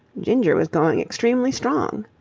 ginger was going extremely strong.